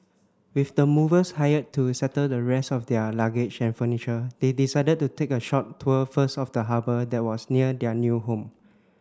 with the movers hired to settle the rest of their luggage and furniture they decided to take a short tour first of the harbour that was near their new home